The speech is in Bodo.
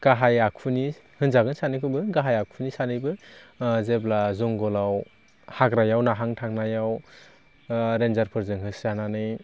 गाहाय आखुनि होनजागोन सानैखौबो गाहाय आखुनि सानैबो जेब्ला जंगलाव हाग्रायाव नाहांनो थांनायाव रेन्जारफोरजों होसो जानानै